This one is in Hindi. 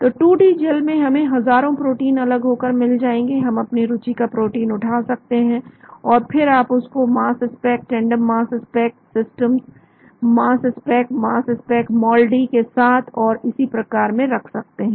तो 2D जेल में हमें हजारों प्रोटीन अलग होकर मिल जाएंगे हम अपने रुचि का प्रोटीन उठा सकते हैं और फिर आप उसको mass spec tandem mass spec system mass spec mass spec MALDI के साथ और इसी प्रकार में रख सकते हैं